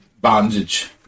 bondage